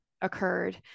occurred